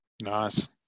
Nice